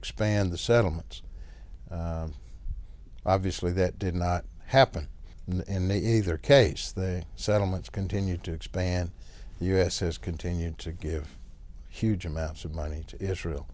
expand the settlements obviously that did not happen in either case the settlements continue to expand the u s has continued to give huge amounts of money to israel